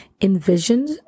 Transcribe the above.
envisioned